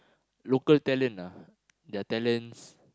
local talent their talents